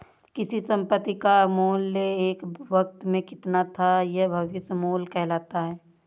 किसी संपत्ति का मूल्य एक वक़्त में कितना था यह भविष्य मूल्य कहलाता है